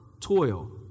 toil